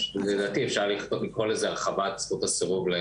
לדעתי אפשר לקרוא לזה "הרחבת זכות הסירוב".